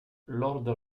lord